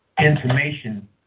information